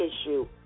issue